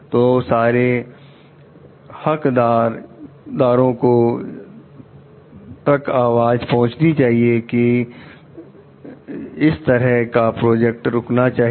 तो सारे हिट दार को तक आवाज पहुंचनी चाहिए कि इस तरह का प्रोजेक्ट रुकना चाहिए